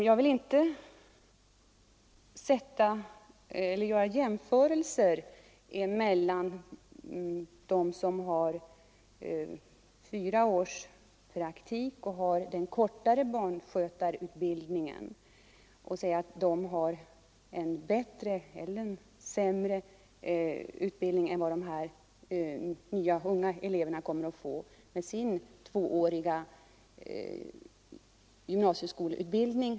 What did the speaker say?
Jag vill inte göra jämförelser mellan de olika utbildningarna och säga att de som har fyra års praktik och den kortare barnskötarutbildningen är bättre eller sämre utbildade än de nya, unga eleverna med sin tvååriga gymnasieskolutbildning.